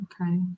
Okay